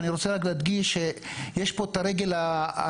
אני רוצה רק להדגיש שיש פה את הרגל הקהילתית,